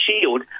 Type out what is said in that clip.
shield